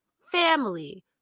family